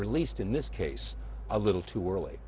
released in this case a little too early